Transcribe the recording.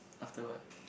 after what